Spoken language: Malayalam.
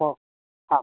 ഓ ആ